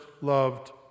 loved